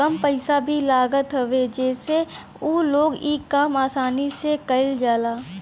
कम पइसा भी लागत हवे जसे उ लोग इ काम आसानी से कईल जाला